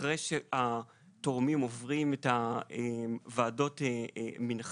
אחרי שהתורמים עוברים את הוועדות מן החי,